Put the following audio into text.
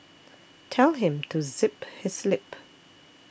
tell him to zip his lip